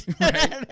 right